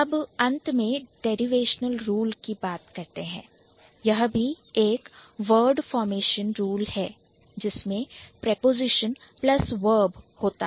अंत में Derivational Rule derivational rule की बात करते हैं यह भी एक Word Formation Rule word formation rule है जिसमें Preposition Plus Verb preposition plus verb होता है